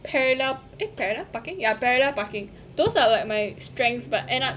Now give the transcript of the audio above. parallel eh parallel parking yeah parallel parking those are like my strengths but end up